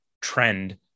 trend